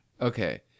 Okay